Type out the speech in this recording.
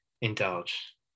indulge